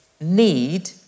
need